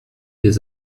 des